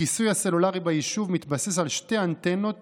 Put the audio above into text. הכיסוי הסלולרי ביישוב מתבסס על שתי אנטנות